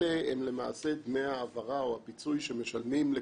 נאחל לכם עוד ינובון בשיבה דשנים ורעננים יהיו.